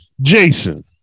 Jason